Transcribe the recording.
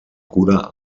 cura